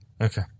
Okay